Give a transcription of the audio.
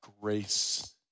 grace